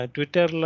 Twitter